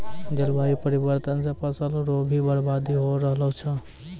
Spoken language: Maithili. जलवायु परिवर्तन से फसल रो भी बर्बादी हो रहलो छै